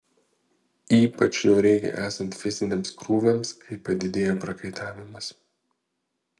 ypač jo reikia esant fiziniams krūviams kai padidėja prakaitavimas